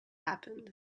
happened